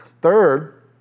Third